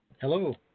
Hello